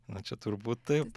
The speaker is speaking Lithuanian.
na čia turbūt taip